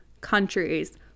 countries